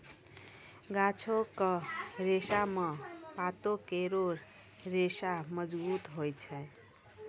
गाछो क रेशा म पातो केरो रेशा मजबूत होय छै